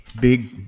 big